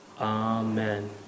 Amen